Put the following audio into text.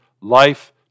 life